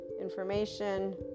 information